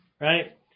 right